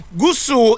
gusu